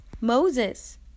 Moses